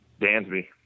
Dansby